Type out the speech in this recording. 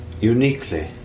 uniquely